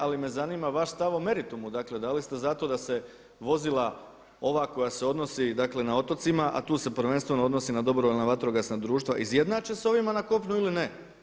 Ali me zanima vaš stav o meritumu, dakle da li ste za to da se vozila ova koja se odnosi, dakle na otocima, a tu se prvenstveno odnosi na dobrovoljna vatrogasna društva izjednače sa ovima na kopnu ili ne.